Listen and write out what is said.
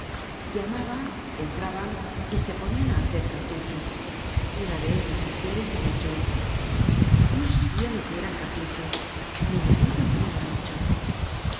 llamaban entraban y se ponian á hacer cartuchos una de estas mujeres ha dicho no sabia lo que eran cartuchos mi marido me lo ha dicho un